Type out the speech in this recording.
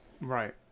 Right